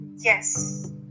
Yes